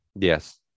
Yes